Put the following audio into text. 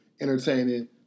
entertaining